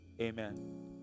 Amen